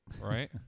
Right